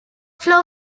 floor